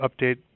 update